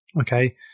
okay